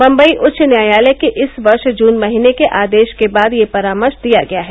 बम्बई उच्च न्यायालय के इस वर्ष जून महीने के आदेश के बाद यह परामर्श दिया गया है